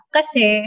Kasi